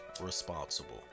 responsible